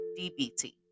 DBT